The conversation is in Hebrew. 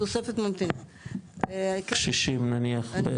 קשישים נניח?